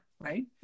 right